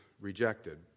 rejected